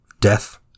Death